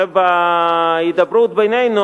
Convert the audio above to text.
ובהידברות בינינו,